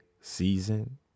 season